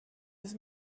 his